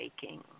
taking